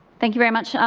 thank you very much,